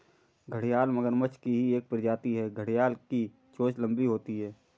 घड़ियाल मगरमच्छ की ही एक प्रजाति है घड़ियाल की चोंच लंबी होती है